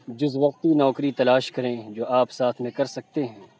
جز وقتی نوکری تلاش کریں جو آپ ساتھ میں کر سکتے ہیں